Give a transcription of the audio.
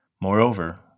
Moreover